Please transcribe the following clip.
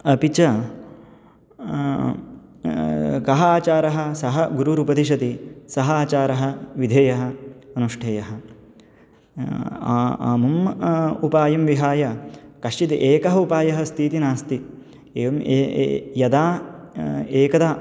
अपि च कः आचारः सः गुरुरुपदिशति सः आचारः विधेयः अनुष्ठेयः अमुम् उपायं विहाय कश्चित् एकः उपायः अस्ति इति नास्ति एवं यदा एकदा